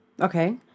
Okay